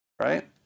Right